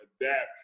adapt